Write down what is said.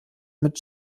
mit